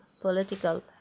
political